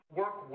work